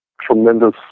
tremendous